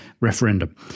referendum